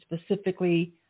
specifically